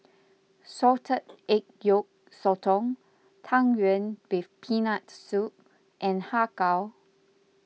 Salted Egg Yolk Sotong Tang Yuen with Peanut Soup and Har Kow